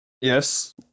Yes